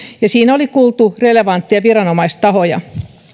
ja siinä oli kuultu relevantteja viranomaistahoja